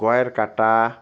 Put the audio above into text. গয়ের কাটা